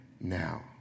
now